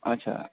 अच्छा